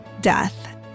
death